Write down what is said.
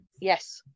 Yes